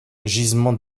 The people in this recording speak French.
gisement